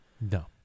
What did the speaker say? No